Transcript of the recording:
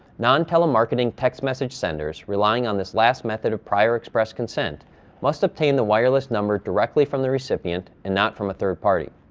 non-telemarketing text message senders relying on this last method of prior express consent must obtain the wireless number directly from the recipient and not from a third party.